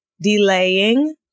delaying